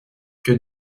que